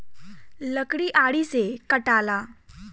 लकड़ी आरी से कटाला